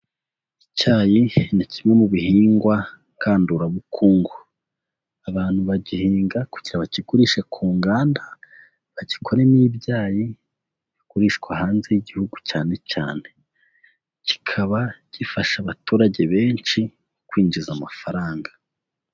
Icyayi ni kimwe mu bihingwa ngandurabukungu. Abantu bagihinga kugira bakigurisha ku nganda, bagikoremo ibyayi bigurishwa hanze y'igihugu cyane cyane. Kikaba gifasha abaturage benshi kwinjiza amafaranga.